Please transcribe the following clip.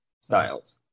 styles